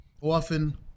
Often